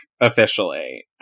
officially